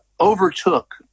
overtook